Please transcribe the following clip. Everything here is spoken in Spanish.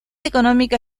económica